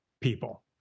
people